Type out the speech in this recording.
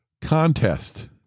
Contest